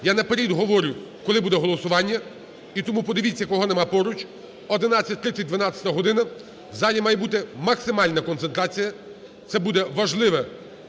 Я наперед говорю, коли буде голосування, і тому подивіться, кого немає поруч. 11:30-12 година в залі має бути максимальна концентрація. Це буде важливе